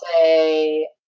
say